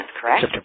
correct